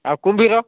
ଆଉ କୁମ୍ଭୀର